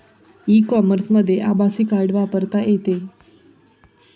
E कॉमर्समध्ये आभासी card वापरता येते